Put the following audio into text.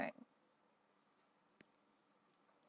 correct